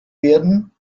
werden